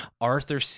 Arthur